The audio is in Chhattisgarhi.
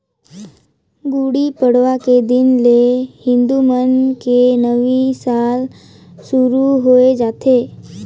गुड़ी पड़वा के दिन ले हिंदू मन के नवी साल सुरू होवस जाथे